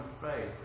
faith